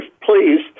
please